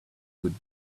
would